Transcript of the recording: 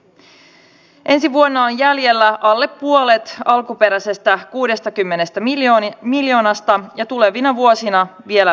suomalainen maahanmuuttaja aines ilmeisesti on huonompaa kuin ruotsissa koska suomeen tulevat maahanmuuttajat irakista ja somaliasta eivät työllisty pitkilläkään kotouttamistoimenpiteillä